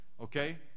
Okay